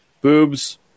boobs